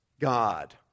God